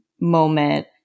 moment